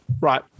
right